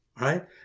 right